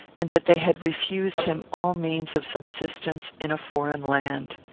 and that they had refused him all means of subsistence in a foreign land.